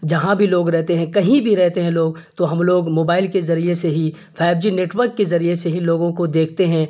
جہاں بھی لوگ رہتے ہیں کہیں بھی رہتے ہیں لوگ تو ہم لوگ موبائل کے ذریعے سے ہی فائیو جی نیٹ ورک کے ذریعے سے ہی لوگوں کو دیکھتے ہیں